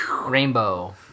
Rainbow